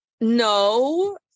No